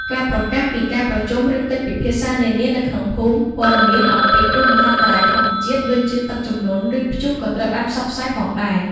ការប្រកាសពី ការប្រជុំ ឬកិច្ចពិភាក្សានានានៅក្នុងភូមិ ព័ត៌មានអំពី គ្រោះមហន្តរាយធម្មជាតិ ដូចជាទឹកជំនន់ ឬព្យុះក៏ត្រូវបានផ្សព្វផ្សាយផងដែរ។